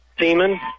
Seaman